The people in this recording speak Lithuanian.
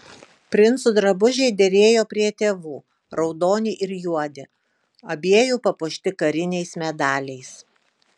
princų drabužiai derėjo prie tėvų raudoni ir juodi abiejų papuošti kariniais medaliais